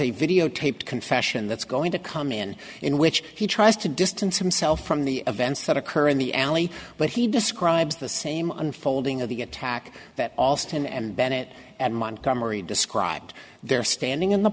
a videotaped confession that's going to come in in which he tries to distance himself from the events that occur in the alley but he describes the same unfolding of the attack that alston and bennett and montgomery described their standing in the